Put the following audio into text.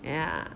ya